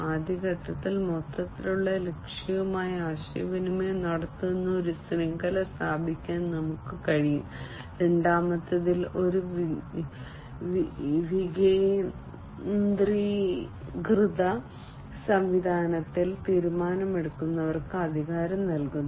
ആദ്യ ഘട്ടത്തിൽ മൊത്തത്തിലുള്ള ലക്ഷ്യവുമായി ആശയവിനിമയം നടത്തുന്ന ഒരു ശൃംഖല സ്ഥാപിക്കാൻ നമുക്ക് കഴിയും രണ്ടാമത്തേതിൽ ഒരു വികേന്ദ്രീകൃത സംവിധാനത്തിൽ തീരുമാനമെടുക്കുന്നവർക്ക് അധികാരം നൽകുന്നു